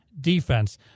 defense